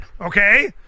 okay